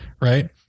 Right